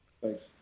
thanks